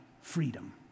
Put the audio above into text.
freedom